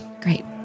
Great